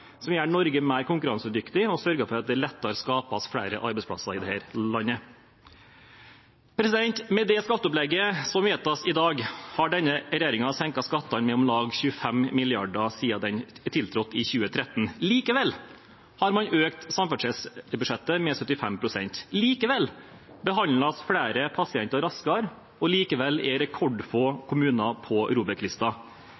som gjør Norge mer konkurransedyktig og sørger for at det lettere skapes flere arbeidsplasser i dette landet. Med det skatteopplegget som vedtas i dag, har denne regjeringen senket skattene med om lag 25 mrd. kr siden den tiltrådte i 2013. Likevel har man økt samferdselsbudsjettet med 75 pst., likevel behandles flere pasienter raskere, og likevel er